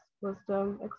wisdom